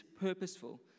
purposeful